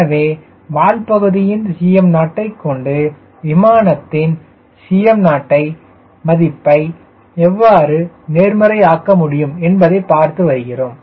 எனவே வால் பகுதியின் Cm0யை கொண்டு விமானத்தின் Cm0யை மதிப்பை எவ்வாறு நேர்மறையாக்க முடியும் என்பதை பார்த்து வருகிறோம்